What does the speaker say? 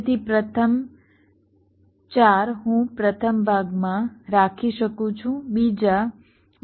તેથી પ્રથમ 4 હું પ્રથમ ભાગમાં રાખી શકું છું બીજા બીજા ભાગમાં